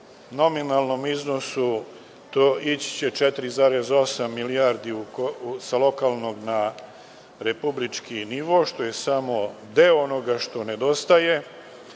nominalnom iznosu ići će 4,8 milijardi sa lokalnog na republički nivo, što je samo deo onoga što nedostaje